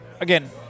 again